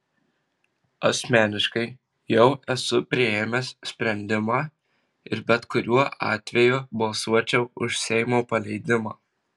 asmeniškai jau esu priėmęs sprendimą ir bet kuriuo atveju balsuočiau už seimo paleidimą